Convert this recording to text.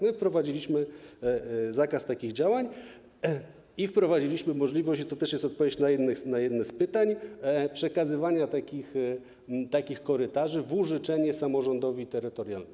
My wprowadziliśmy zakaz takich działań i wprowadziliśmy możliwość - i to też jest odpowiedź na jedno z pytań - przekazywania takich korytarzy w użyczenie samorządowi terytorialnemu.